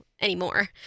anymore